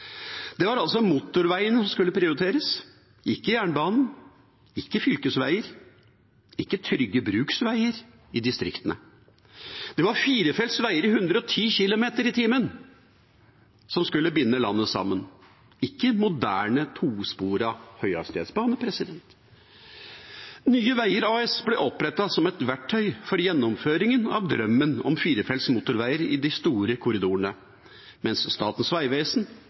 Det var altså motorveiene som skulle prioriteres, ikke jernbanen, ikke fylkesveier, ikke trygge bruksveier i distriktene. Det var firefelts veier for 110 km/t som skulle binde landet sammen, ikke moderne, tosporet høyhastighetsbane. Nye Veier AS ble opprettet som et verktøy for gjennomføringen av drømmen om firefelts motorveier i de store korridorene, mens Statens vegvesen